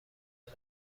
حرص